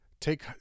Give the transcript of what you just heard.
Take